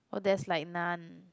oh there's like none